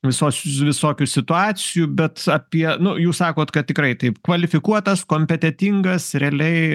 visos visokių situacijų bet apie nu jūs sakot kad tikrai taip kvalifikuotas kompetentingas realiai